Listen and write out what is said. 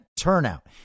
turnout